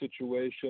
situation